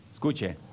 escuche